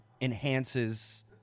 enhances